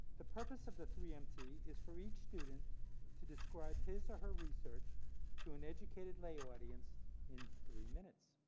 the purpose of the three mt is for each student to describe his or her research to an educated lay audience in three minutes.